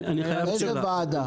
לאיזו ועדה?